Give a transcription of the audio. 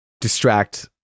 distract